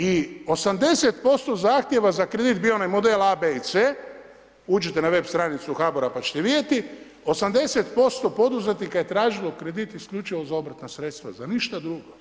I 80% zahtjeva za kredit bio je onaj model A, B i C, uđite na web stranicu HBOR-a pa ćete vidjeti, 80% poduzetnika je tražilo kredit isključivo za obrtna sredstva, za ništa drugo.